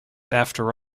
after